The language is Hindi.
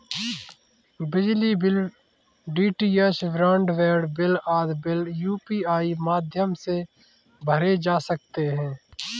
बिजली bill, DTH broadband bill आदि बिल यू.पी.आई माध्यम से भरे जा सकते हैं